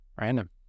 random